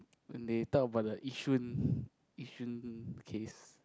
they talk about the Yishun Yishun case